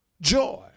joy